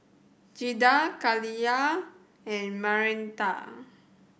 Giada Khalilah and